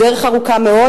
הדרך ארוכה מאוד,